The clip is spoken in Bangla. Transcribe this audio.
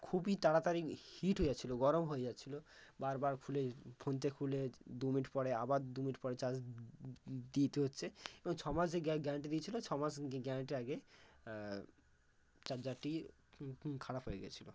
খুবই তাড়াতাড়ি হিট হয়ে যাচ্ছিল গরম হয়ে যাচ্ছিল বারবার খুলে ফোনতে খুলে দুমিনিট পরে আবার দুমিনিট পরে চার্জ দিতে হচ্ছে এবং ছমাস যে গ্যারান্টি দিয়েছিল ছমাস গ্যারান্টির আগে চার্জারটি খারাপ হয়ে গিয়েছিল